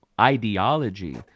ideology